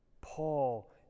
Paul